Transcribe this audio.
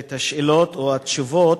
השאלות או התשובות,